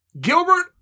Gilbert